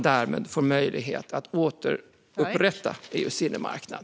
Därmed får man möjlighet att återupprätta EU:s inre marknad.